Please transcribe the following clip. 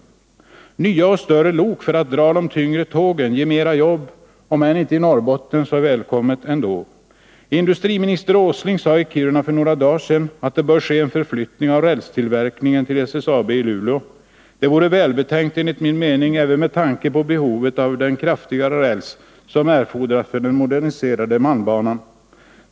Att bygga nya och större lok för att dra de tyngre tågen ger mera jobb, om än inte i Norrbotten — det är välkommet ändå. Industriminister Åsling sade i Kiruna för några dagar sedan att rälstillverkningen bör flyttas till SSAB i Luleå. Det vore enligt min mening välbetänkt även med tanke på behovet av den kraftigare räls som erfordras för den moderniserade malmbanan.